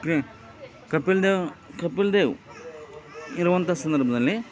ಕ ಕಪಿಲ್ ದೇವ್ ಕಪಿಲ್ ದೇವ್ ಇರುವಂಥ ಸಂದರ್ಭದಲ್ಲಿ